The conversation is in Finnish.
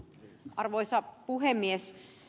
arvoisa puhemies